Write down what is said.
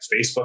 Facebook